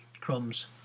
crumbs